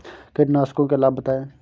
कीटनाशकों के लाभ बताएँ?